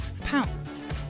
Pounce